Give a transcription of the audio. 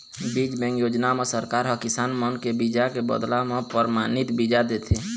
बीज बेंक योजना म सरकार ह किसान मन के बीजा के बदला म परमानित बीजा देथे